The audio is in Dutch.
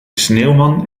sneeuwman